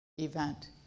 event